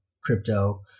crypto